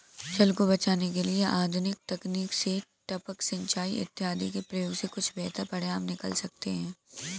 जल को बचाने के लिए आधुनिक तकनीक से टपक सिंचाई इत्यादि के प्रयोग से कुछ बेहतर परिणाम निकल सकते हैं